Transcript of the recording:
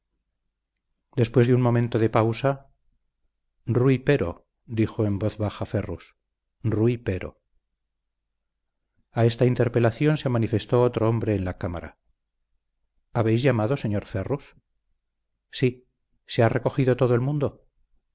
después de un momento de pausa rui pero dijo en voz baja ferrus rui pero a esta interpelación se manifestó otro hombre en la cámara habéis llamado señor ferrus sí se ha recogido todo el mundo